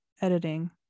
editing